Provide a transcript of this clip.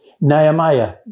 Nehemiah